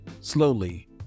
Slowly